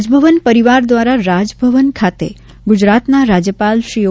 રાજભવન પરિવાર દ્વારા રાજભવન ખાતે ગુજરાતના રાજ્યપાલ શ્રી ઓ